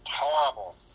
horrible